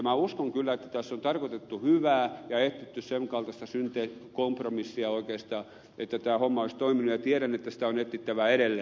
minä uskon kyllä että tässä on tarkoitettu hyvää ja etsitty sen kaltaista kompromissia että tämä homma olisi toiminut ja tiedän että sitä on etsittävä edelleen